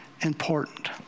important